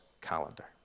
calendar